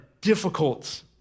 difficult